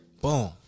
Boom